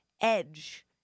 edge